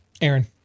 Aaron